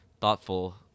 thoughtful